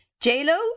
J-Lo